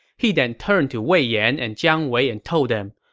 he then turned to wei yan and jiang wei and told them,